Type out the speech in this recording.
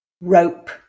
Rope